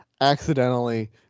accidentally